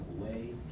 away